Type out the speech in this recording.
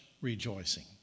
rejoicing